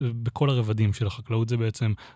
בכל הרבדים של החקלאות זה בעצם...